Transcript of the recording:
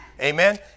Amen